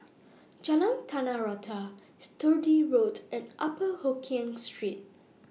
Jalan Tanah Rata Sturdee Road and Upper Hokkien Street